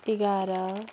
एघार